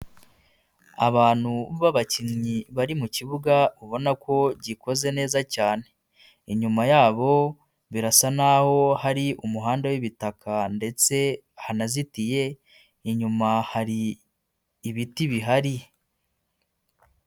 Abantu b'abakinnyi bari mu kibuga. Ubona ko gikoze neza cyane. Inyuma yabo birasa n'aho hari umuhanda w'ibitaka ndetse hanazitiye, inyuma hari ibiti bihari.